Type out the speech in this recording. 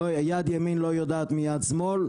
יד ימין לא יודעת מיד שמאל,